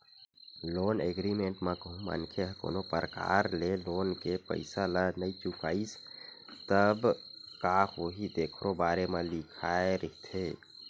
loan agreement म कहूँ मनखे ह कोनो परकार ले लोन के पइसा ल नइ चुकाइस तब का होही तेखरो बारे म लिखाए रहिथे